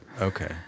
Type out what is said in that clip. Okay